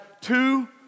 two